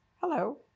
Hello